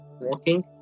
walking